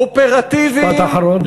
אופרטיביים, משפט אחרון.